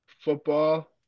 football